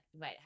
wait